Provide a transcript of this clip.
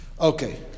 Okay